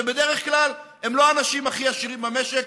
שבדרך כלל הם לא אנשים הכי עשירים במשק,